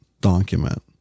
document